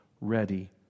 ready